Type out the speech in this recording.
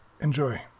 enjoy